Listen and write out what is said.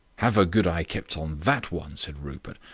have a good eye kept on that one, said rupert,